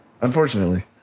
unfortunately